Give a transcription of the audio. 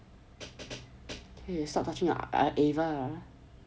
!hey! start touching your eva